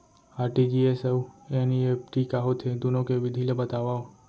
RTGS अऊ NEFT का होथे, दुनो के विधि ला बतावव